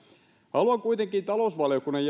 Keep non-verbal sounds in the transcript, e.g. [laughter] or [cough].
haluan kuitenkin talousvaliokunnan [unintelligible]